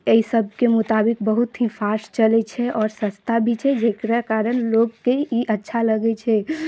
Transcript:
एहिसभके मुताबिक बहुत ही फास्ट चलै छै आओर सस्ता भी छै जकरा कारण लोककेँ ई अच्छा लगै छै